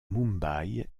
mumbai